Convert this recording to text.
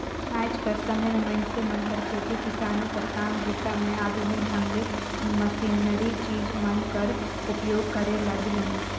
आएज कर समे मे मइनसे मन खेती किसानी कर काम बूता मे आधुनिक ढंग ले मसीनरी चीज मन कर उपियोग करे लगिन अहे